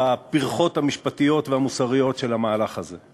בפרכות המשפטיות והמוסריות של המהלך הזה,